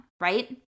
right